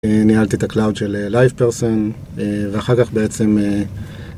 ניהלתי את הקלאוד של LivePerson, ואחר כך בעצם...